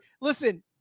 Listen